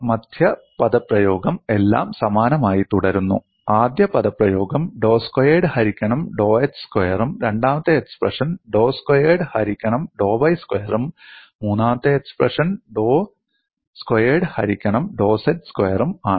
മധ്യ പദപ്രയോഗം എല്ലാം സമാനമായി തുടരുന്നു ആദ്യ പദപ്രയോഗം ഡോ സ്ക്വയർഡ് ഹരിക്കണം ഡോ x സ്ക്വയറും രണ്ടാമത്തെ എക്സ്പ്രഷൻ ഡോ സ്ക്വയർഡ് ഹരിക്കണം ഡോ y സ്ക്വയറും മൂന്നാമത്തെ എക്സ്പ്രഷന് ഡോ സ്ക്വയർഡ് ഹരിക്കണം ഡോ z സ്ക്വയറും ആണ്